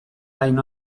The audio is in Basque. hain